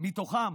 ומתוכם